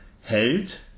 hält